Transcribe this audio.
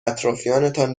اطرافیانتان